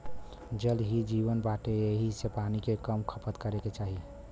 जल ही जीवन बाटे एही से पानी के कम खपत करे के चाही